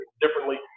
differently